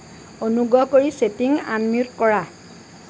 অনুগ্ৰহ কৰি setting unmute কৰা